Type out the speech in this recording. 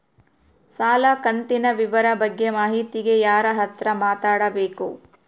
ಸಾಲ ಕಂತಿನ ವಿವರ ಬಗ್ಗೆ ಮಾಹಿತಿಗೆ ಯಾರ ಹತ್ರ ಮಾತಾಡಬೇಕು?